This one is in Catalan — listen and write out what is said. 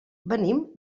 venim